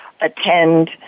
attend